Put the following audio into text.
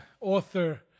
author